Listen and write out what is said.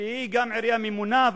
שהיא גם עירייה ממונה,